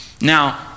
Now